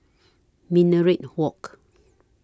Minaret Walk